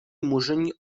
murzyni